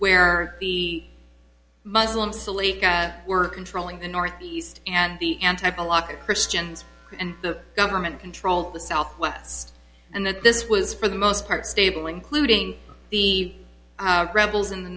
where the muslim salie were controlling the north east and the anti polaski christians and the government controlled the southwest and that this was for the most part stable including the rebels in the